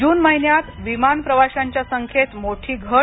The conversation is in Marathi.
जून महिन्यात विमान प्रवाशांच्या संख्येत मोठी घट